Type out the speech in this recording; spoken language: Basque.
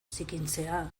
zikintzea